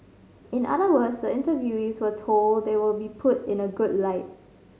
in other words the interviewees were told they will be put in a good light